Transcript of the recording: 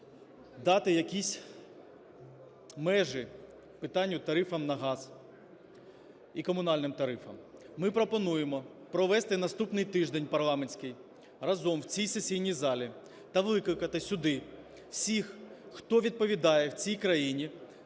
дати якісь межі питанню тарифам на газ і комунальним тарифам. Ми пропонуємо провести наступний тиждень парламентський разом в цій сесійній залі та викликати сюди всіх, хто відповідає в цій країні